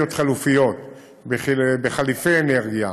תחליפי אנרגיה